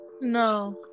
No